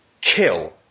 kill